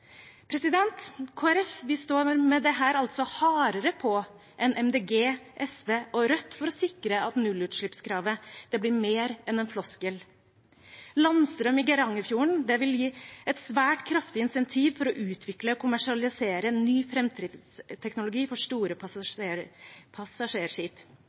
står med dette altså hardere på enn Miljøpartiet De Grønne, SV og Rødt for å sikre at nullutslippskravet blir mer enn en floskel. Landstrøm i Geirangerfjorden vil gi et svært kraftig insentiv for å utvikle og kommersialisere ny framtidsteknologi for store passasjerskip.